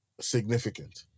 significant